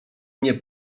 nie